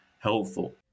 helpful